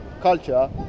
culture